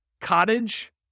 Cottage